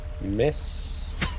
Miss